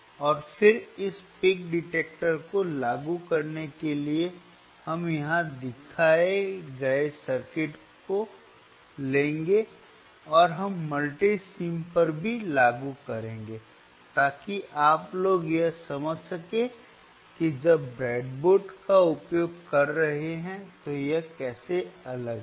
और फिर इस पीक डिटेक्टर को लागू करने के लिए हम यहां दिखाए गए सर्किट को लेंगे और हम Multisim पर भी लागू करेंगे ताकि आप लोग यह समझ सकें कि जब आप ब्रेडबोर्ड का उपयोग कर रहे हैं तो यह कैसे अलग है